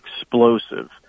explosive